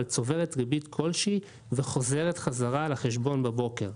אבל צוברת ריבית כלשהי וחוזרת בחזרה לחשבון בבוקר.